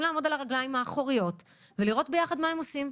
לעמוד על הרגליים האחוריות ולראות יחד מה הם עושים.